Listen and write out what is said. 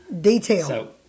detail